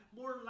more